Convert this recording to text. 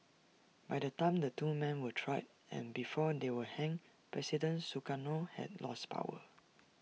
by the time the two men were tried and before they were hanged president Sukarno had lost power